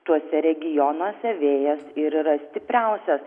tuose regionuose vėjas ir yra stipriausias